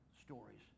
stories